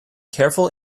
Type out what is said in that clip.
careful